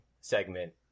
segment